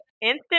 instant